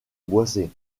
boisée